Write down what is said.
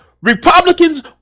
Republicans